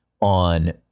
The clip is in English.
on